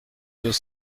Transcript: deux